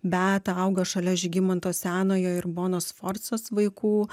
beata auga šalia žygimanto senojo ir bonos sforcos vaikų